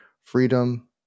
Freedom